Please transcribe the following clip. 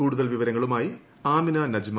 കൂടുതൽ വിവരങ്ങളുമായി ആമിന നജ്മ